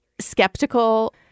skeptical